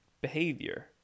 behavior